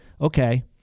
Okay